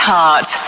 Heart